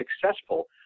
successful